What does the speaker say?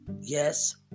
Yes